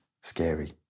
scary